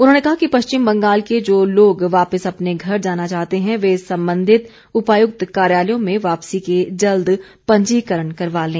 उन्होंने कहा कि पश्चिम बंगाल के जो लोग वापिस अपने घर जाना चाहते हैं वे संबंधित उपायुक्त कार्यालयों में वापिसी के जल्द पंजीकरण करवा लें